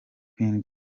queen